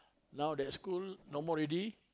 now that school no more already